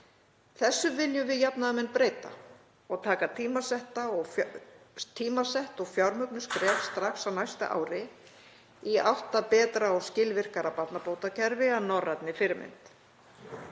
Þessu viljum við jafnaðarmenn breyta og taka tímasett og fjármögnuð skref strax á næsta ári í átt að betra og skilvirkara barnabótakerfi að norrænni fyrirmynd.